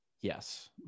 Yes